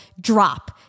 drop